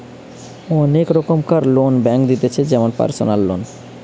অনেক রোকমকার loan bank দিতেছে যেমন পারসনাল লোন